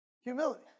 Humility